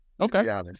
Okay